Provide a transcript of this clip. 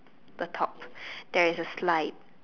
the top there is a slide